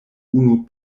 unu